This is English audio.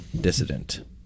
Dissident